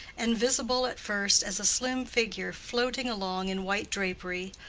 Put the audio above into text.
and, visible at first as a slim figure floating along in white drapery,